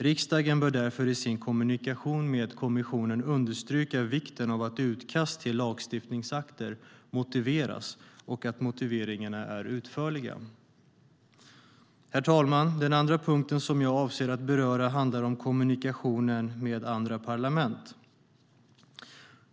Riksdagen bör därför i sin kommunikation med kommissionen understryka vikten av att utkast till lagstiftningsakter motiveras och att motiveringarna är utförliga. Herr talman! Den andra punkt som jag avser att beröra handlar om kommunikationen med andra parlament.